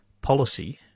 policy